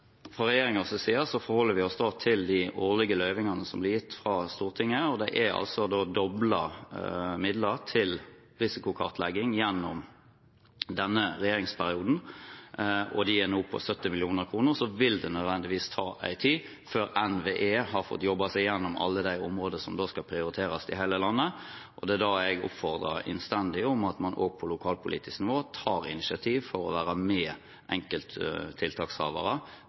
fra regjeringens side forholder vi oss til de årlige bevilgningene som blir gitt fra Stortinget. Det er altså doblet midler til risikokartlegging gjennom denne regjeringsperioden, og de er nå på 70 mill. kr. Det vil nødvendigvis ta noe tid før NVE har fått jobbet seg gjennom alle de områdene som skal prioriteres i hele landet, og det er da jeg oppfordrer innstendig til at man også på lokalpolitisk nivå tar initiativ for å være med enkelttiltakshavere